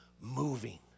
moving